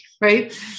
right